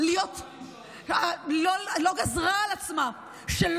שלא גזרה על עצמה להיות,